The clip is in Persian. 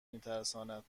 میترساند